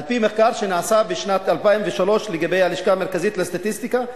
על-פי מחקר שנעשה בשנת 2003 על-ידי הלשכה המרכזית לסטטיסטיקה,